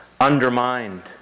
undermined